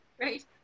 right